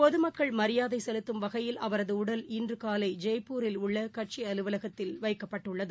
பொதுமக்கள் அவரதுடடலக்குமரியாதைசெலுத்தும் வகையில் அவரதுடடல் இன்றுகாலைஜெய்ப்பூரில் உள்ளகட்சிஅலுவலகத்தில் வைக்கப்பட்டுள்ளது